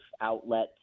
outlet